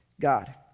God